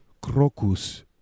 Crocus